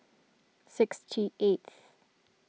sixty eighth